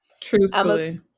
Truthfully